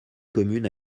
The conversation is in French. commune